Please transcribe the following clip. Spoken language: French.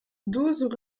douze